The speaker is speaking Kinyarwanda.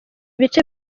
bice